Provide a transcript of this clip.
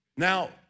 Now